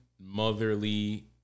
motherly